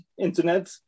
internet